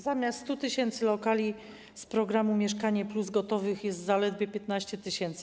Zamiast 100 tys. lokali z programu ˝Mieszkanie+˝ gotowych jest zaledwie 15 tys.